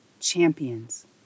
champions